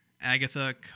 agatha